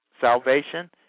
salvation